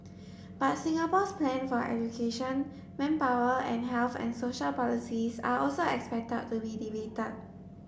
but Singapore's plans for education manpower and health and social policies are also expected to be debated